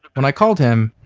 when i called him,